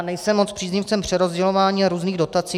Nejsem moc příznivcem přerozdělování a různých dotací.